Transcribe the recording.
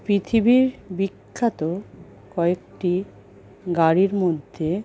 পিথিবীর বিখ্যাত কয়েকটি গাড়ির মধ্যে